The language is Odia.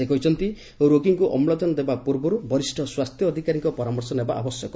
ସେ କହିଛନ୍ତି ରୋଗୀଙ୍କୁ ଅମ୍ଳକାନ ଦେବା ପୂର୍ବରୁ ବରିଷ ସ୍ୱାସ୍ଥ୍ୟ ଅଧିକାରୀଙ୍କ ପରାମର୍ଶ ଆବଶ୍ୟକ